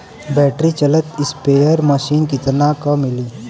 Battery चलत sprayer machine कितना क मिली?